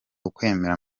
ukwemera